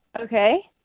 Okay